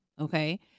okay